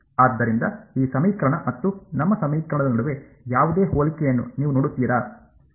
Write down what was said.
ಆದ್ದರಿಂದ ಈ ಸಮೀಕರಣ ಮತ್ತು ನಮ್ಮ ಸಮೀಕರಣದ ನಡುವೆ ಯಾವುದೇ ಹೋಲಿಕೆಯನ್ನು ನೀವು ನೋಡುತ್ತೀರಾ